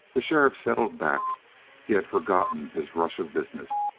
the sheriff settled back he had forgotten his rush of business.